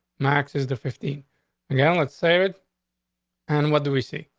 max is the fifteen again. let's save it and what do we see?